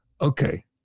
Okay